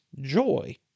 joy